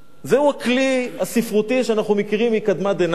זהו הכלי הספרותי שאנחנו מכירים מקדמת דנא.